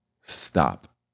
stop